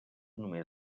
només